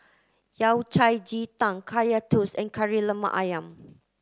Yao Cai Ji Tang Kaya Toast and Kari Lemak Ayam